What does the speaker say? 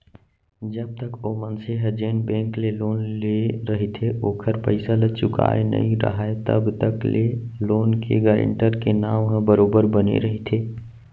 जब तक ओ मनसे ह जेन बेंक ले लोन लेय रहिथे ओखर पइसा ल चुकाय नइ राहय तब तक ले लोन के गारेंटर के नांव ह बरोबर बने रहिथे